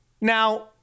now